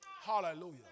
Hallelujah